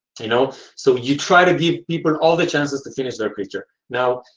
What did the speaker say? you know so, you try to give people all the chances to finish their creature. now,